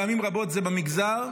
פעמים רבות זה במגזר,